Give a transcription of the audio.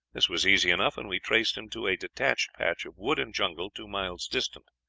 this was easy enough, and we traced him to a detached patch of wood and jungle, two miles distant.